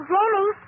Jamie